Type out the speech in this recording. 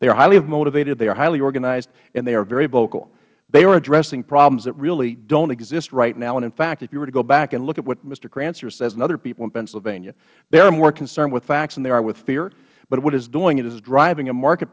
they are highly motivated they are highly organized and they are very vocal they are addressing problems that really don't exist right now and in fact if you were to go back and look at what mr hkrancer says and other people in pennsylvania they are more concerned with facts than they are with fear but what it is doing is it is driving a market